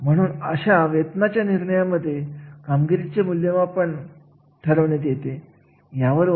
म्हणून असे म्हटले जाते की कार्याचे मूल्यमापन करणे म्हणजे एखाद्या कार्याला मोजणे